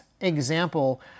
example